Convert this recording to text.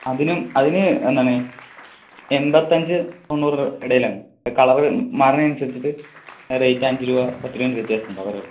അതിനും അതിന് എന്താണ് എൺപത്തഞ്ച് തൊണ്ണൂറിനും ഇടയിലാണ് അത് കളർ മാറുന്നത് അനുസരിച്ചിട്ട് റേറ്റ് അഞ്ചുരൂപ പത്തുരൂപേന്റെ വ്യത്യാസം ഉണ്ട് അത്രയേയുള്ളു